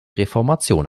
reformation